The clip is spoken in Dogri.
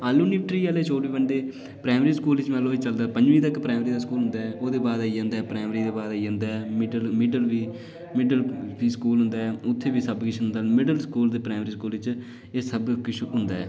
आलू न्यूट्री आह्ले चौल बी बनदे प्राइमरी स्कूल च बी चलदा पंजमीं तकर प्राइमरी दा स्कूल होंदा ऐ ओहदे बा'द आई जंदा ऐ प्राइमरी दे बा'द आई जंदा ऐ मिडल बी मिडल बी स्कूल होंदा ऐ उत्थै बी सब किश होंदा ऐ मिडस स्कूल प्राइमरी स्कूल च एह् सब किश होंदा ऐ